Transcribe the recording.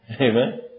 Amen